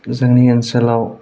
जोंनि ओनसोलाव